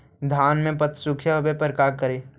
धान मे पत्सुखीया होबे पर का करि?